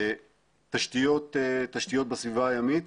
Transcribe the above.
תשתיות בסביבה הימית,